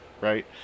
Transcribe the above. right